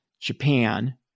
Japan